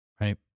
right